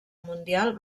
mundial